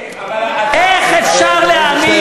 אבל, גפני, אתה, איך אפשר להאמין,